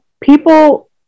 people